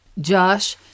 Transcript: Josh